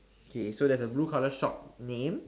okay so there's a blue colour shop name